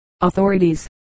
Authorities